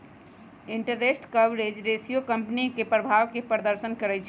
interest coverage ratio company के प्रभाव के प्रदर्शन करइ छै